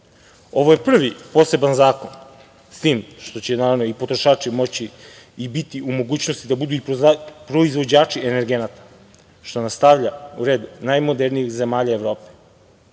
je prvi poseban zakon s tim što će naravno i potrošači moći i biti u mogućnosti da budu i proizvođači energenata, što nas stavlja u red najmodernijih zemalja Evrope.